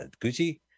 gucci